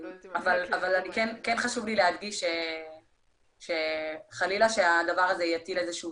כן חשוב לי להדגיש שחלילה שהדבר הזה יטיל איזשהו